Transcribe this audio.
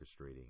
orchestrating